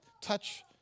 touch